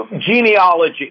genealogy